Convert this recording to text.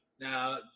Now